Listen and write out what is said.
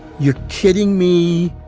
you're kidding me.